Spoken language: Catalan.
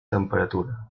temperatura